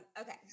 Okay